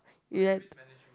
you had